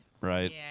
right